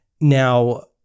Now